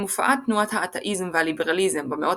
עם הופעת תנועות האתאיזם והליברליזם במאות